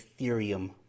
Ethereum